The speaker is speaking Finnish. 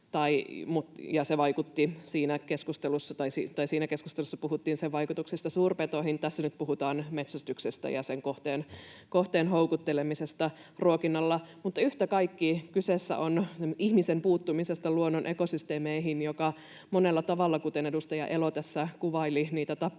siinä keskustelussa puhuttiin sen vaikutuksista suurpetoihin. Tässä nyt puhutaan metsästyksestä ja kohteen houkuttelemisesta ruokinnalla. Mutta yhtä kaikki kyse on ihmisen puuttumisesta luonnon ekosysteemeihin, joka monella tavalla, kuten edustaja Elo tässä kuvaili niitä tapoja,